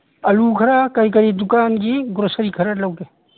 ꯑꯥꯂꯨ ꯈꯔ ꯀꯔꯤ ꯀꯔꯤ ꯗꯨꯀꯥꯟꯒꯤ ꯒ꯭ꯔꯣꯁꯔꯤ ꯈꯔ ꯂꯧꯒꯦ